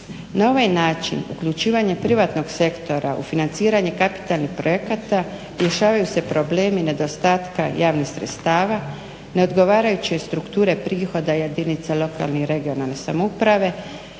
Na ovaj način uključivanjem privatnog sektora u financiranje kapitalnih projekata rješavaju se problemi nedostatka javnih sredstava, neodgovarajuće strukture prihoda jedinica lokalne i regionalne samouprave,